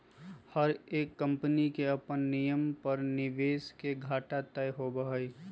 हर एक कम्पनी के अपन नियम पर निवेश के घाटा तय होबा हई